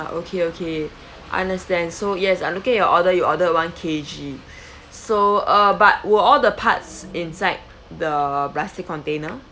okay okay understand so yes I'm looking at your order you order one K_G so uh but were all the parts inside the plastic container